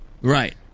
Right